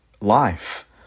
life